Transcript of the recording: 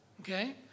Okay